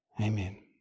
Amen